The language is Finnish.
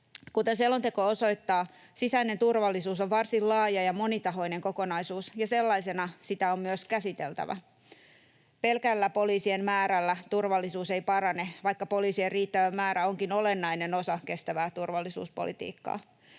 Kuten selonteko osoittaa, sisäinen turvallisuus on varsin laaja ja monitahoinen kokonaisuus, ja sellaisena sitä on myös käsiteltävä. Pelkällä poliisien määrällä turvallisuus ei parane, vaikka poliisien riittävä määrä onkin olennainen osa kestävää turvallisuuspolitiikkaa.